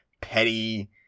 petty